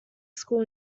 school